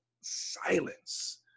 silence